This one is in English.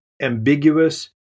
ambiguous